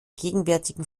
gegenwärtigen